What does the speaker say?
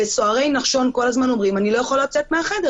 סוהרי נחשון כל הזמן אומרים אני לא יכול לצאת מהחדר,